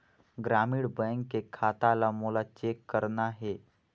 ग्रामीण बैंक के खाता ला मोला चेक करना हे?